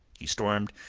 he stormed.